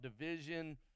division